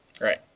Right